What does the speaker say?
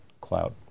cloud